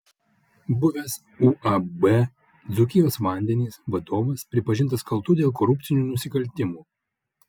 buvęs uab dzūkijos vandenys vadovas pripažintas kaltu dėl korupcinių nusikaltimų